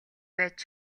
байж